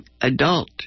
adult